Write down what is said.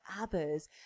others